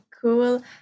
cool